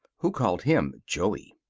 who called him joey.